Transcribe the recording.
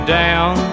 down